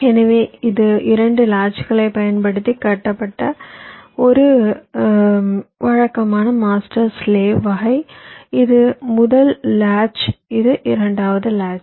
எனவே இது இரண்டு லாட்ச்களைப் பயன்படுத்தி கட்டப்பட்ட ஒரு வழக்கமான மாஸ்டர் ஸ்லேவ் வகை இது முதல் லாட்ச் இது இரண்டாவது லாட்ச்